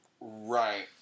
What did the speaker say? Right